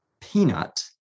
peanut